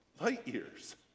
light-years